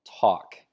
talk